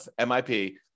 MIP